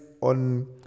on